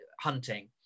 hunting